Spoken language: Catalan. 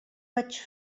vaig